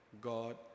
God